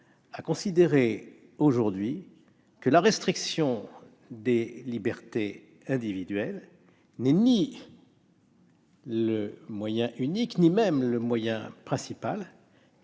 à considérer aujourd'hui que la restriction des libertés individuelles n'est ni le moyen unique ni même le moyen principal